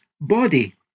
body